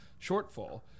shortfall